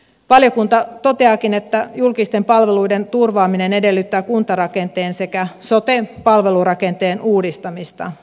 valiokunta toteaakin että julkisten palveluiden turvaaminen edellyttää kuntarakenteen sekä sote palvelurakenteen uudistamista